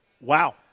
Wow